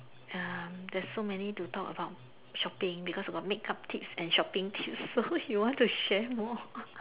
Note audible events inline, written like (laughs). um there's so many to talk about shopping because got makeup tips and shopping tips (laughs) so you want to share more